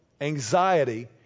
anxiety